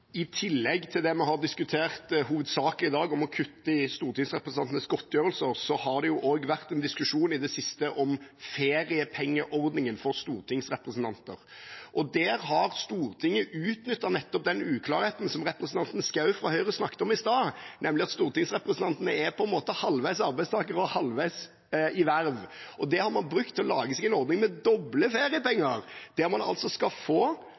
det vi har diskutert, hovedsakelig, i dag, om å kutte i stortingsrepresentantenes godtgjørelser, har det jo også vært en diskusjon i det siste om feriepengeordningen for stortingsrepresentanter. Der har Stortinget utnyttet nettopp den uklarheten som representanten Schou fra Høyre snakket om i stad, nemlig at stortingsrepresentantene på en måte er halvveis arbeidstakere og halvveis i verv. Det har man brukt til å lage seg en ordning med doble feriepenger, der man altså skal få